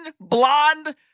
blonde